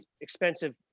expensive